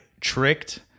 tricked